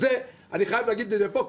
אני חייב להגיד את זה פה.